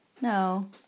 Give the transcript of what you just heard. No